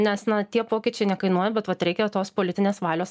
nes tie pokyčiai nekainuoja bet vat reikia tos politinės valios